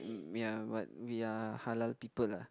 um ya but we're halal people lah